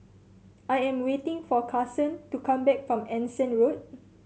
I am waiting for Karson to come back from Anson Road